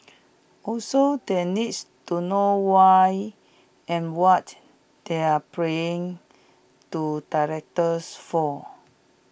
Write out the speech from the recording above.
also they needs to know why and what they are praying to directors for